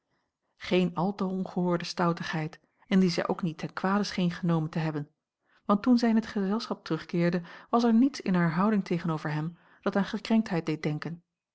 geene al te ongehoorde stoutigheid en die zij ook niet ten kwade scheen genomen te hebben want toen zij in het gezelschap terugkeerde was er niets in hare houding tegenover hem dat aan gekrenktheid deed denken